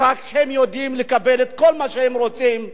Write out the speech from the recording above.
ורק הם יודעים לקבל את כל מה שהם רוצים.